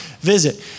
visit